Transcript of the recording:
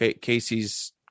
Casey's